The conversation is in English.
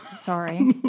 Sorry